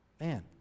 man